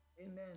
Amen